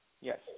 Yes